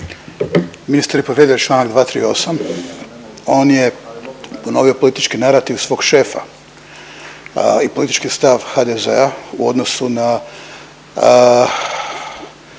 Ministar je povrijedio Članak 238., on je ponovio politički narativ svog šefa i politički stav HDZ-a u odnosu na